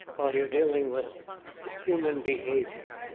well you're dealing with human behavior.